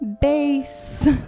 Bass